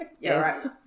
Yes